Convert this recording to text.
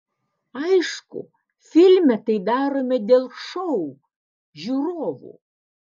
aišku filme tai darome dėl šou žiūrovų